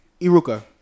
Iruka